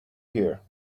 here